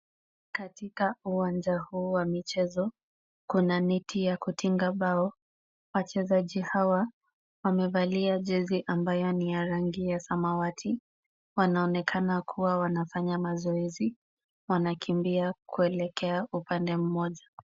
Katika uwanja huu wa michezo, kuna neti ya kutinga bao. Wachezaji hawa wamevalia jezi ambayo ni ya rangi ya samawati, wanaonekana kuwa wanafanya mazoezi, wanakimbia kuelekea upande mmoja.